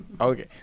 okay